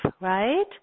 right